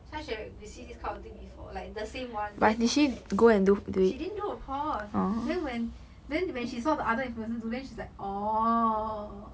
xia xue recieve this kind of thing before like the same [one] then go she didn't do of course then when then when she saw the other influencer do then she's like orh